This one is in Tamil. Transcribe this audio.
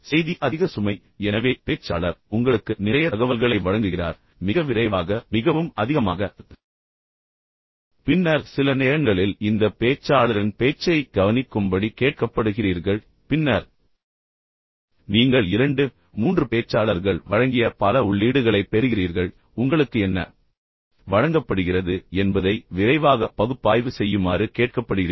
செய்தி அதிக சுமை எனவே பேச்சாளர் உங்களுக்கு நிறைய தகவல்களை வழங்குகிறார் மிக விரைவாக மிகவும் அதிகமாக பின்னர் சில நேரங்களில் இந்த பேச்சாளரின் பேச்சைக் கவனிக்கும்படி கேட்கப்படுகிறீர்கள் பின்னர் நீங்கள் இரண்டு மூன்று பேச்சாளர்கள் வழங்கிய பல உள்ளீடுகளைப் பெறுகிறீர்கள் பின்னர் உங்களுக்கு என்ன வழங்கப்படுகிறது என்பதை விரைவாக பகுப்பாய்வு செய்யுமாறு கேட்கப்படுகிறீர்கள்